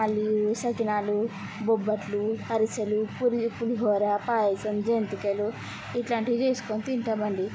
మళ్ళీ సఖినాలు బొబ్బట్లు అరిసెలు పులి పులిహోర పాయసం జంతికలు ఇట్లాంటివి చేసుకొని తింటామండి